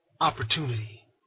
Opportunity